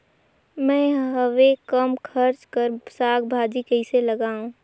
मैं हवे कम खर्च कर साग भाजी कइसे लगाव?